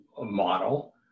model